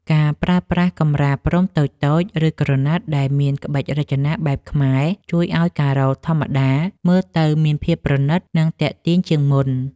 ការប្រើប្រាស់កម្រាលព្រំតូចៗ ឬក្រណាត់ដែលមានក្បាច់រចនាបែបខ្មែរ ជួយឱ្យការ៉ូធម្មតាមើលទៅមានភាពប្រណីត និងទាក់ទាញជាងមុន។